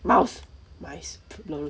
mouse mice lol